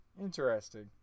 Interesting